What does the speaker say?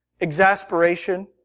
exasperation